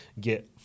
get